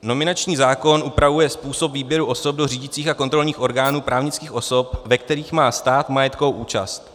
Nominační zákon upravuje způsob výběru osob do řídících a kontrolních orgánů právnických osob, ve kterých má stát majetkovou účast.